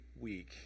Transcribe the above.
week